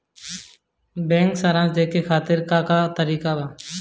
Bank सराश देखे खातिर का का तरीका बा?